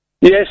Yes